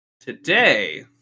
Today